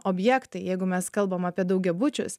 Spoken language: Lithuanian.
objektai jeigu mes kalbam apie daugiabučius